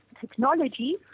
technology